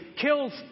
kills